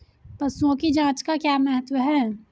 पशुओं की जांच का क्या महत्व है?